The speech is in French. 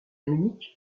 munich